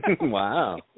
Wow